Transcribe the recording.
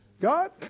God